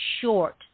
short